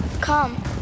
Come